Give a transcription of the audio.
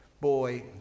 boy